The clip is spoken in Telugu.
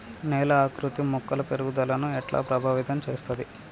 నేల ఆకృతి మొక్కల పెరుగుదలను ఎట్లా ప్రభావితం చేస్తది?